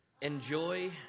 enjoy